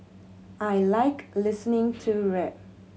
I like listening to rap